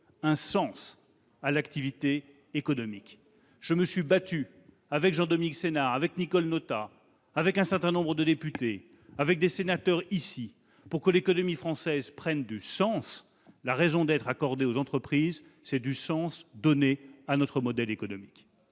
un sens à l'activité économique. Je me suis battu, avec Jean-Dominique Senard, avec Nicole Notat, avec un certain nombre de députés, avec des sénateurs, ici, pour que l'économie française prenne du sens : la raison d'être accordée aux entreprises, c'est du sens donné à notre modèle économique.